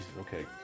Okay